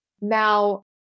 now